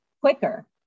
quicker